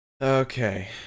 Okay